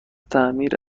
تعمیر